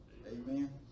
amen